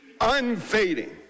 unfading